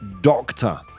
doctor